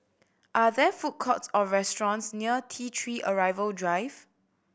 are there food courts or restaurants near T Three Arrival Drive